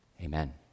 Amen